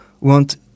want